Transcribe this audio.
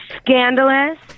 scandalous